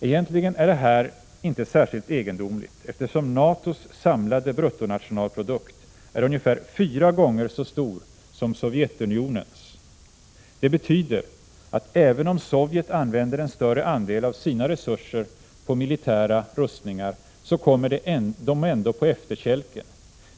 Egentligen är det här inte särskilt egendomligt eftersom NATO:s samlade BNP är ungefär fyra gånger så stor som Sovjetunionens. Det betyder, att även om Sovjet använder en större andel av sina resurser på militära rustningar, så kommer man ändå på efterkälken.